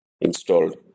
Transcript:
installed